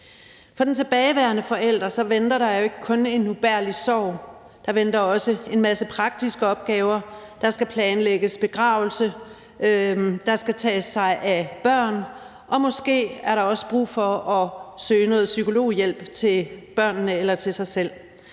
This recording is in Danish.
For den tilbageværende forælder venter der jo ikke kun en ubærlig sorg; der venter også en masse praktiske opgaver. Der skal planlægges begravelse, man skal tage sig af børnene, og måske er der også brug for at søge noget psykologhjælp til børnene eller til sig selv.